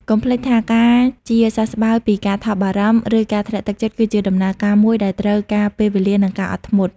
កុំភ្លេចថា ការជាសះស្បើយពីការថប់បារម្ភ ឬការធ្លាក់ទឹកចិត្ត គឺជាដំណើរការមួយដែលត្រូវការពេលវេលា និងការអត់ធ្មត់។